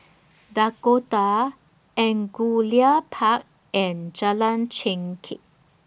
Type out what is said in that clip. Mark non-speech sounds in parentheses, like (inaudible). (noise) Dakota Angullia Park and Jalan Chengkek